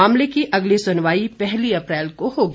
मामले की अगली सुनवाई पहली अप्रैल को होगी